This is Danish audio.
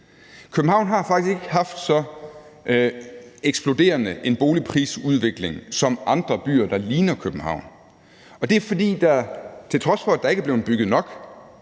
København har faktisk ikke haft så eksploderende en boligprisudvikling som andre byer, der ligner København. Det er, fordi der, til trods for at der ikke er blevet bygget nok,